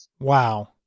Wow